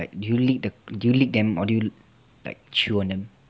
do you lick the~ do you lick them or do you like chew on them